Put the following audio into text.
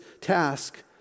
task